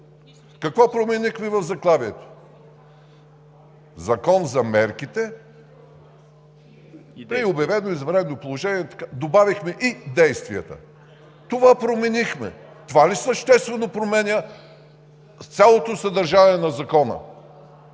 Какво променихме в заглавието „Закон за мерките при обявено извънредно положение“…? Добавихме и действията – това променихме. Това ли съществено променя цялото съдържание на Закона?